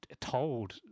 Told